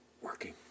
working